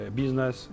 business